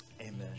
Amen